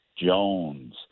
Jones